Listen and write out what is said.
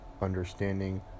understanding